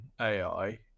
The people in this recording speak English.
ai